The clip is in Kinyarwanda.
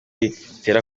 bitera